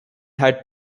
had